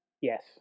Yes